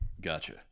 Gotcha